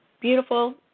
beautiful